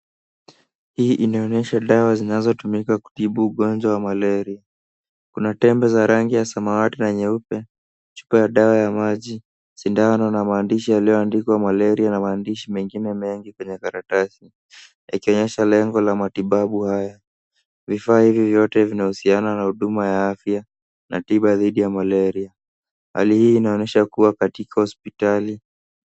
Hii inaonyesha dawa zinazotumika kutibu ungojwa wa malaria. Kuna tembe za rangi ya samawati na nyeupe, chupa ya dawa ya maji, sidano na maandishi yalioandikwa malaria na maandishi mengine mengi kwenye karatasi yakionyesha lengo la matibabu haya. Vifaa hivi vyote vinahusiana na huduma ya afya na tiba dhidi ya malaria. Hali hii inaonyesha kuwa katika hospitali.